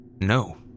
no